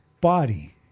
body